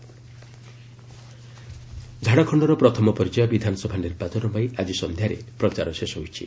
Jharkhand election ଝାଡ଼ଖଣ୍ଡର ପ୍ରଥମ ପର୍ଯ୍ୟାୟ ବିଧାନସଭା ନିର୍ବାଚନ ପାଇଁ ଆଜି ସନ୍ଧ୍ୟାରେ ପ୍ରଚାର ଶେଷ ହୋଇଛି